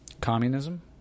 Communism